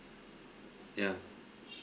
yeah